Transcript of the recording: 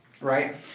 right